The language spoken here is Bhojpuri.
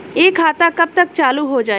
इ खाता कब तक चालू हो जाई?